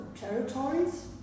territories